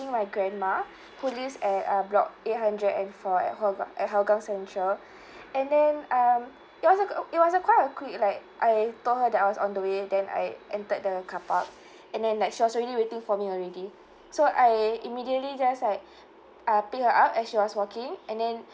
my grandma who lives at uh block eight hundred and four at hougan at hougang central and then um it was a it was quite a quick like I told her that I was on the way then I entered the car park and then like she was already waiting for me already so I immediately just like uh pick her up and she was walking and then